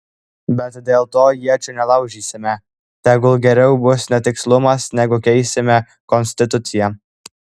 bet dėl to iečių nelaužysime tegul geriau bus netikslumas negu keisime konstituciją